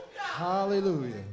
hallelujah